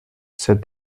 said